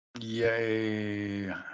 Yay